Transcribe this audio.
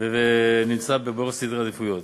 ונמצא בראש סדרי העדיפויות.